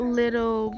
little